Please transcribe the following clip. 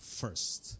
first